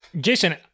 Jason